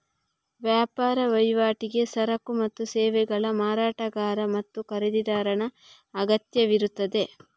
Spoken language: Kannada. ವ್ಯಾಪಾರ ವಹಿವಾಟಿಗೆ ಸರಕು ಮತ್ತು ಸೇವೆಗಳ ಮಾರಾಟಗಾರ ಮತ್ತು ಖರೀದಿದಾರನ ಅಗತ್ಯವಿರುತ್ತದೆ